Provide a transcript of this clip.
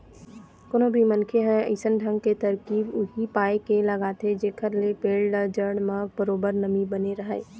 कोनो भी मनखे ह अइसन ढंग के तरकीब उही पाय के लगाथे जेखर ले पेड़ के जड़ म बरोबर नमी बने रहय